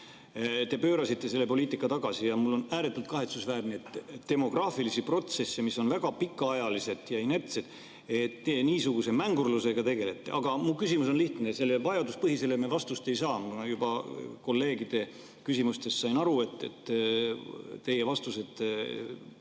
Te pöörasite selle poliitika tagasi. On ääretult kahetsusväärne, et demograafiliste protsesside puhul, mis on väga pikaajalised ja inertsed, te niisuguse mängurlusega tegelete. Aga minu küsimus on lihtne. Sellele vajaduspõhisusele me vastust ei saa. Ma juba kolleegide küsimustest sain aru, et teie vastused